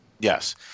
Yes